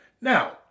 Now